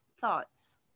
thoughts